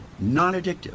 non-addictive